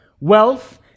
Wealth